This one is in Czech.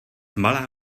malá